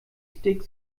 stick